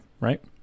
right